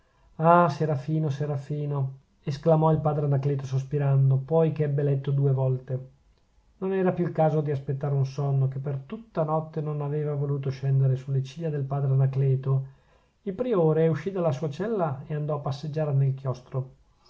ah serafino serafino esclamò il padre anacleto sospirando poi ch'ebbe letto due volte non era più il caso di aspettare un sonno che per tutta notte non aveva voluto scendere sulle ciglia del padre anacleto il priore uscì dalla sua cella e andò a passeggiare nel chiostro